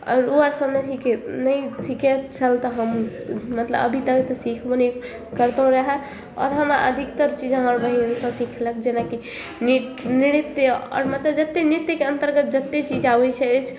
आओर ओ समझिके नहि सिखै छल तऽ हम मतलब अभी तक तऽ सिखबो नहि करितो रहै आओर हमर अधिकतर चीज हमर बहिन सभ सिखेलक जेनाकि नृत नृत्य आओर मतलब जते नृत्यके अन्तर्गत जते चीज आबै छै